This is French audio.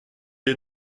est